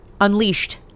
unleashed